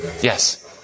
Yes